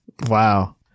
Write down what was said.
Wow